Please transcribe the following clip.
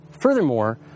Furthermore